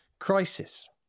crisis